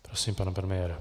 Prosím, pane premiére.